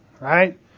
right